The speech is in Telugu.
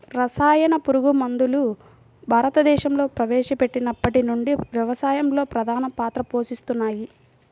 రసాయన పురుగుమందులు భారతదేశంలో ప్రవేశపెట్టినప్పటి నుండి వ్యవసాయంలో ప్రధాన పాత్ర పోషిస్తున్నాయి